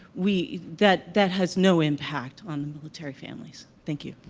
we that that has no impact on military families. thank you.